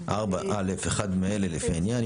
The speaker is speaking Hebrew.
4(א) אחד מאלה לפי העניין.